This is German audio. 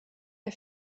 der